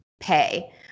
pay